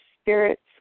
spirits